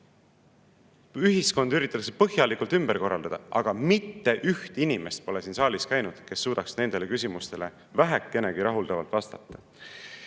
Ühiskonda üritatakse põhjalikult ümber korraldada, aga mitte üht inimest pole siin saalis käinud, kes suudaks nendele küsimustele vähekenegi rahuldavalt vastata.